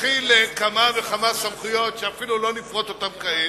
מכיל כמה וכמה סמכויות שאפילו לא נפרוט אותן כעת,